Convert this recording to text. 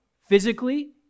Physically